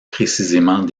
précisément